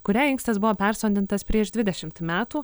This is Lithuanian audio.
kuriai inkstas buvo persodintas prieš dvidešimt metų